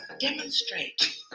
Demonstrate